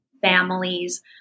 families